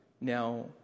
now